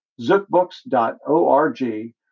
zookbooks.org